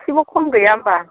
एसेबो खम गैया होनबा